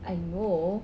I know